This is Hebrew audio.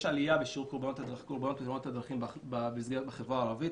יש עלייה בשיעור קורבנות הדרכים בחברה הערבית,